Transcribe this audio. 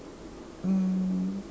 um